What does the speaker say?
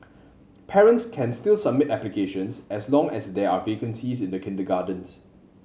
parents can still submit applications as long as there are vacancies in the kindergartens